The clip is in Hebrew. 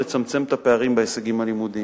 כדי לצמצם את הפערים בהישגים הלימודיים?